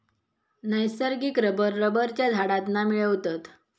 नैसर्गिक रबर रबरच्या झाडांतना मिळवतत